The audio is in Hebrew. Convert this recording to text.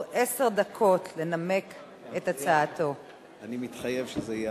אנחנו עוברים לנושא הבא